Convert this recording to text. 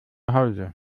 hause